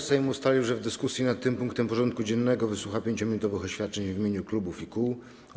Sejm ustalił, że w dyskusji nad tym punktem porządku dziennego wysłucha 5-minutowych oświadczeń w imieniu klubów i kół.